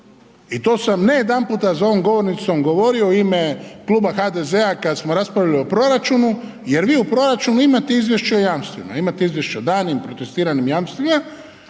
i to sam ne jedanputa za ovom govornicom govorio u ime kluba HDZ-a kad smo raspravljali o proračunu jer vi u proračunu imate izvješće o jamstvima, imate izvješća o daljnjim protestiranim jamstvima,